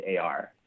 AR